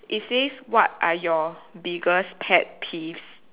it says what are your biggest pet peeves